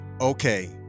Okay